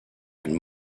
and